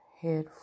Head